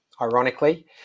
ironically